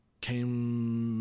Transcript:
came